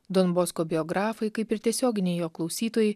don bosko biografai kaip ir tiesioginiai jo klausytojai